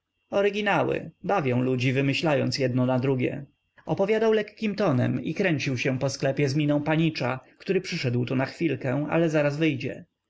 oryginały bawią ludzi wymyślając jedno na drugie opowiadał lekkim tonem i kręcił się po sklepie z miną panicza który przyszedł tu na chwilkę ale zaraz wyjdzie